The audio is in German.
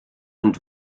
und